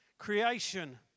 Creation